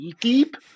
deep